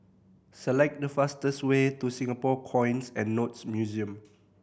select the fastest way to Singapore Coins and Notes Museum